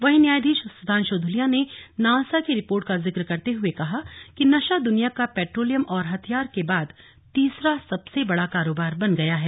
वहीं न्यायाधीश सुधांशु धूलिया ने नालसा की रिपोर्ट का जिक्र करते हुए कहा कि नशा दुनिया का पेट्रोलियम और हथियार के बाद तीसरा सबसे बड़ा कारोबार बन गया है